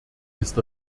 ist